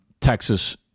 Texas